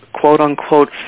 quote-unquote